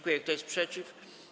Kto jest przeciw?